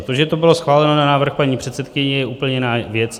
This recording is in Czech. To, že to bylo schváleno na návrh paní předsedkyně, je úplně jiná věc.